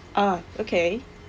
ah okay